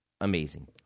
amazing